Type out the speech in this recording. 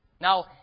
now